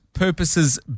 purposes